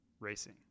racing